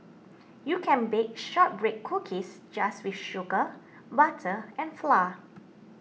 you can bake Shortbread Cookies just with sugar butter and flour